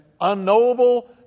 unknowable